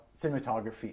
cinematography